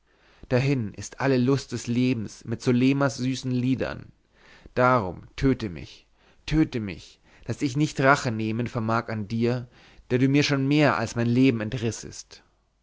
dahin ist alle lust des lebens mit zulemas süßen liedern darum töte mich töte mich da ich nicht rache zu nehmen vermag an dir der du mir schon mehr als mein leben entrissest